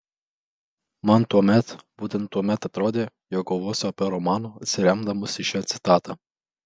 man tuomet būtent tuomet atrodė jog galvosiu apie romaną atsiremdamas į šią citatą